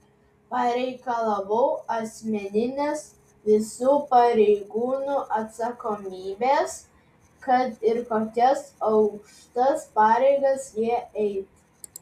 pareikalavau asmeninės visų pareigūnų atsakomybės kad ir kokias aukštas pareigas jie eitų